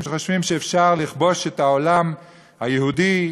שחושבים שאפשר לכבוש את העולם היהודי,